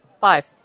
five